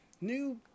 new